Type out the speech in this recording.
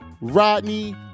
Rodney